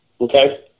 okay